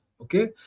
okay